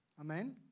Amen